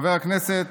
חברי הכנסת